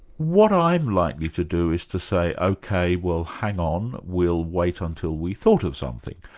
what i'm likely to do is to say ok, well hang on, we'll wait until we've thought of something,